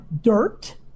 dirt